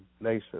Nation